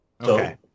okay